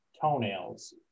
Toenails